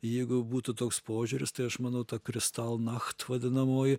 jeigu būtų toks požiūris tai aš manau ta kristal nacht vadinamoji